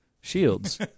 shields